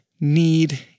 need